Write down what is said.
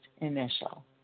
initial